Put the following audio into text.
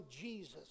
Jesus